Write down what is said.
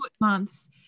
months